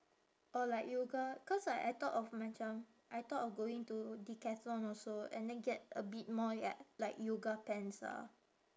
or like yoga cause like I thought of macam I thought of going to Decathlon also and then get a bit more ya like yoga pants lah